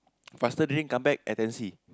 faster drink come back and then see